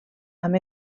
amb